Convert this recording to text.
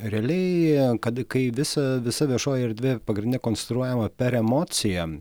realiai kada kai visa visa viešoji erdvė pagrindine konstruojama per emociją